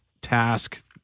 task